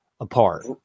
apart